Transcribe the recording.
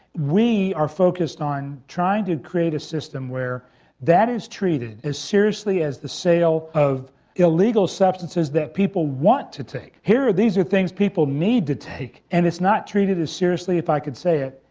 we are focussed on trying to create a system where that is treated as seriously as the sale of illegal substances that people want to take. here, these are things that people need to take and it's not treated as seriously, if i could say it,